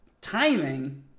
Timing